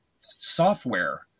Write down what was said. software